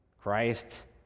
Christ